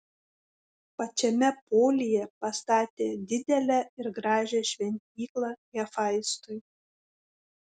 pačiame polyje pastatė didelę ir gražią šventyklą hefaistui